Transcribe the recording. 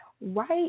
Right